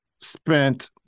spent